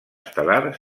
estel·lar